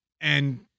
and-